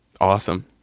Awesome